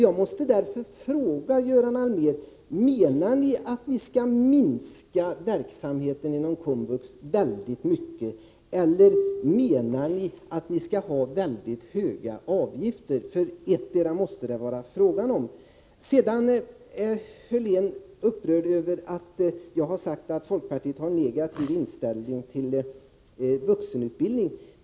Jag måste därför fråga Göran Allmér: Menar ni att verksamheten inom komvux skall minskas i mycket stor utsträckning, eller menar ni att man skall införa mycket höga avgifter? Det måste vara fråga om ettdera. Linnea Hörlén är upprörd över att jag har sagt att folkpartiet har en negativ inställning till vuxenutbildningen.